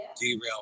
derailed